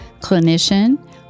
clinician